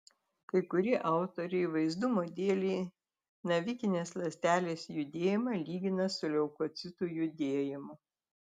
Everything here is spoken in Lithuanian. kai kurie autoriai vaizdumo dėlei navikinės ląstelės judėjimą lygina su leukocitų judėjimu